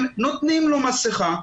הם נותנים לו מסכה.